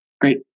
Great